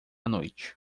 noite